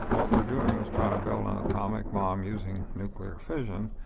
what we're doing is trying to build an atomic bomb using nuclear fission,